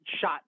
shot